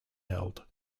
held